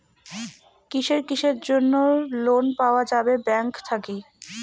কিসের কিসের জন্যে লোন পাওয়া যাবে ব্যাংক থাকি?